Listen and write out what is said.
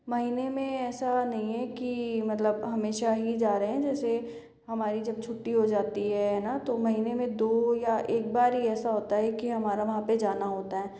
महीने में ऐसा नहीं है कि मतलब हमेशा ही जा रहे है जैसे हमारी जब छुट्टी हो जाती है न तो महीने में दो या एक बार ही ऐसा होता है की हमारा वहाँ पर जाना होता है